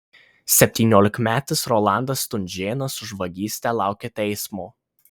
septyniolikmetis rolandas stunžėnas už vagystę laukia teismo